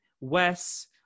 Wes